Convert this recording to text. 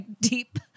deep